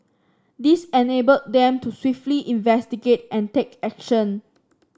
this enabled them to swiftly investigate and take action